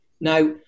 Now